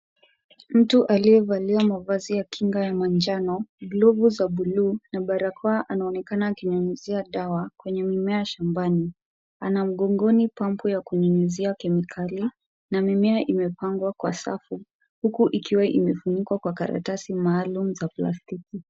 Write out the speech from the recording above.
Mtu aliyevalia mavazi ya kinga ya manjano, glovu za buluu na barakao anaonekana akinyunyizia dawa kwenye mimea shambani. Ana mgongoni pampu ya kunyunyuzia kemikali na mimea imepangwa kwa safu. Huku ikiwa imefunikwa kwa karatasi maalum za plastiki.